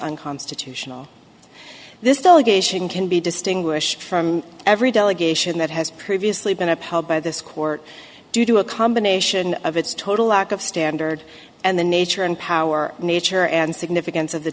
unconstitutional this delegation can be distinguished from every delegation that has previously been upheld by this court due to a combination of its total lack of standard and the nature and power nature and significance of the